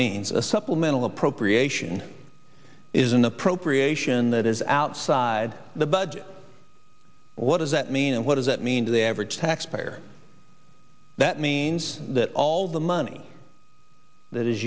means a supplemental appropriation is an appropriation that is outside the budget what does that mean and what does that mean to the average taxpayer that means that all the money that is